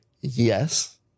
Yes